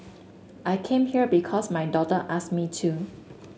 I came here because my daughter asked me to